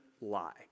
lie